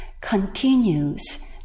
continues